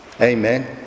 amen